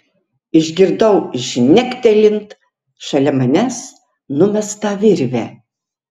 išgirdau žnektelint šalia manęs numestą virvę